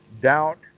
doubt